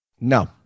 No